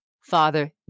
father